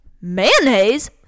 mayonnaise